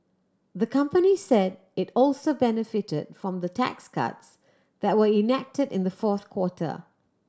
the company said it also benefited from the tax cuts that were enacted in the fourth quarter